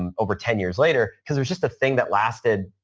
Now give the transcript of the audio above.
um over ten years later, because there's just a thing that lasted,